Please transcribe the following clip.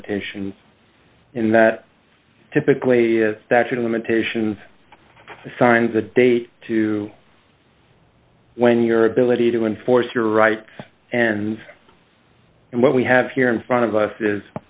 limitations and that typically statute of limitations assigns a date to when your ability to enforce your right and and what we have here in front of us is